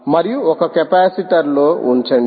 మరియుఒక కెపాసిటర్లో ఉంచండి